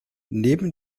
neben